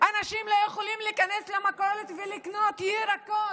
אנשים לא יכולים להיכנס למכולת ולקנות ירקות.